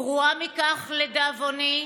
גרועה מכך, לדאבוני,